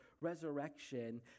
resurrection